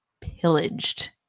pillaged